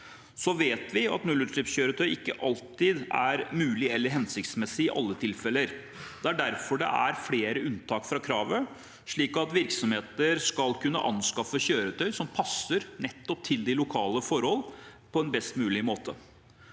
Så vet vi at nullutslippskjøretøy ikke alltid er mulig eller hensiktsmessig i alle tilfeller. Det er derfor det er flere unntak fra kravet, slik at virksomheter skal kunne anskaffe kjøretøy som passer nettopp til de lokale forholdene på en best mulig måte.